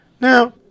Now